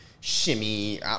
shimmy